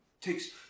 takes